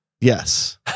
Yes